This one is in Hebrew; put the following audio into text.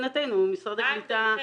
מה עמדתכם?